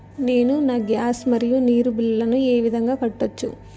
నేను నా గ్యాస్, మరియు నీరు బిల్లులను ఏ విధంగా కట్టొచ్చు?